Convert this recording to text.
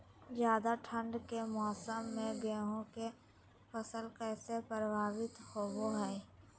ज्यादा ठंड के मौसम में गेहूं के फसल कैसे प्रभावित होबो हय?